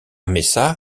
mesa